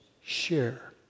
share